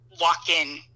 walk-in